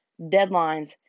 deadlines